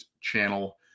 channel